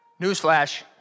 Newsflash